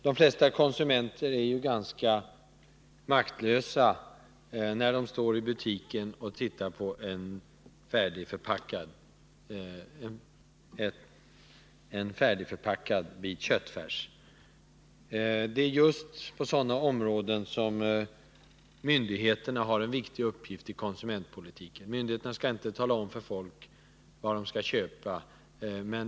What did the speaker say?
De flesta konsumenter är ganska maktlösa när de står i butiken och tittar på ett paket färdigförpackad köttfärs. Det är just på sådana områden som myndigheterna har en viktig uppgift i konsumentpolitiken. Myndigheterna skall inte tala om för folk vad de skall köpa.